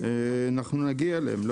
נגיע אליהם.